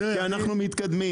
כי אנחנו מתקדמים.